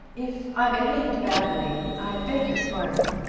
if i behaved badly i beg your pardon,